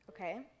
Okay